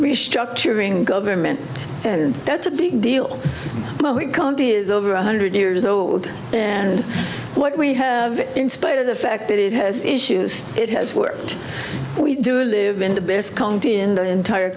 restructuring in government and that's a big deal but we condy is over one hundred years old and what we have in spite of the fact that it has issues it has worked we do live in the best county in the entire